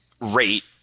rate